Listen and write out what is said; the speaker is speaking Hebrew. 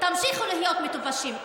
תמשיכו להיות מטופשים.